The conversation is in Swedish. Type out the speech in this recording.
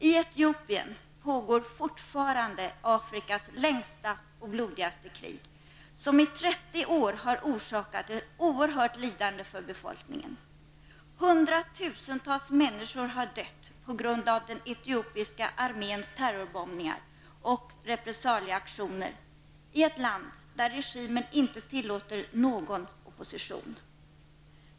I Etiopien pågår fortfarande Afrikas längsta och blodigaste krig, som i 30 år har orsakat ett oerhört lidande för befolkningen. Hundratusentals människor har dött på grund av den etiopiska arméns terrorbombningar och repressalieaktioner i ett land där regimen inte tillåter någon opposition.